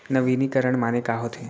नवीनीकरण माने का होथे?